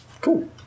cool